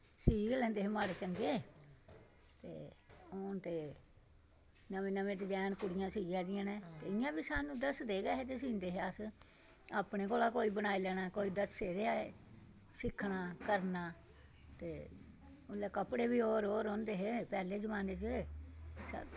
सीह् गै लैंदे हे माड़े चंगे हून ते नमें नमें डिजाईन कुड़िया सीआ दि'यां इ'यां बी दस्सदे हे अस ते सींदे हे अपने कोला बनाई लैना कोई दस्से ते ऐहे सिक्खना करना ते ओल्लै कपड़े बी होर होर होंदे हे पैह्ले जमानै च